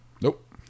Nope